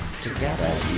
together